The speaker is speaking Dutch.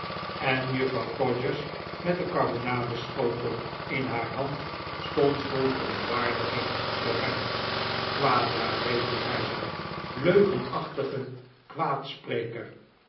en juffrouw todgers met den karbonadenschotel in haar hand stond vol verontwaardiging voor hem kwade rekel zei zij leugenachtige